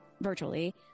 virtually